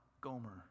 Gomer